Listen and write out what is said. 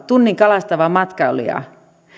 tunnin kalastaville matkailijoille